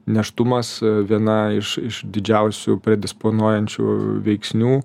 nėštumas viena iš iš didžiausių predisponuojančių veiksnių